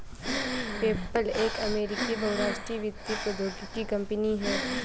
PayPal एक अमेरिकी बहुराष्ट्रीय वित्तीय प्रौद्योगिकी कंपनी है